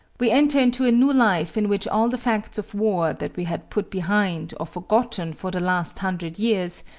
we enter into a new life in which all the facts of war that we had put behind or forgotten for the last hundred years,